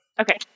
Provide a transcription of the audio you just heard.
okay